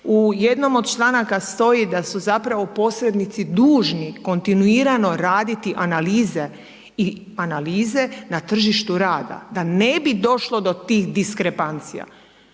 U jednom od članaka stoji da su zapravo posrednici dužni kontinuirano raditi analize na tržištu rada, da ne bi došlo do tih diskrepancija.